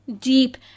deep